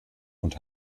und